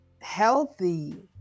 healthy